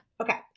Okay